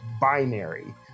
binary